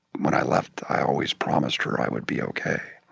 when i left, i always promised her i would be okay.